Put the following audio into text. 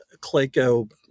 Clayco